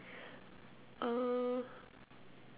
uh